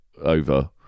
over